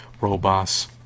robots